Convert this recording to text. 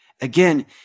Again